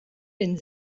den